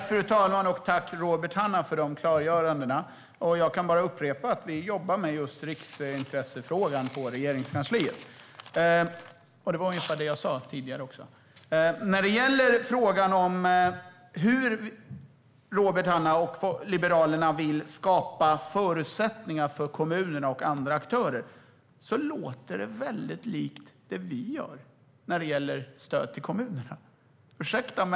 Fru talman! Tack, Robert Hannah, för klargörandena! Jag kan bara upprepa vad jag sa tidigare, att vi jobbar med riksintressefrågan på Regeringskansliet. I frågan om hur Robert Hannah och Liberalerna vill skapa förutsättningar för kommunerna och andra aktörer låter det väldigt likt det vi gör när det gäller stöd till kommunerna.